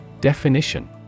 Definition